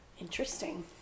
interesting